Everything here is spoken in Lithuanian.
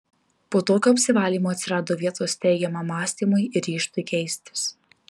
po tokio apsivalymo atsirado vietos teigiamam mąstymui ir ryžtui keistis